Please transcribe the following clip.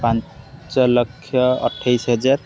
ପାଞ୍ଚଲକ୍ଷ ଅଠେଇଶ ହଜାର